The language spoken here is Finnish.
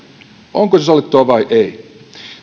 onko se sallittua vai ei